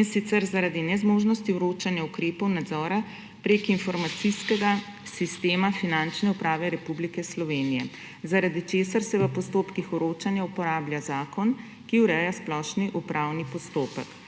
in sicer zaradi nezmožnosti vročanja ukrepov nadzora preko informacijskega sistema Finančne uprave Republike Slovenije, zaradi česar se v postopkih vročanja uporablja zakon, ki ureja splošno upravni postopek.